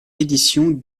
édition